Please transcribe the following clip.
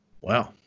Wow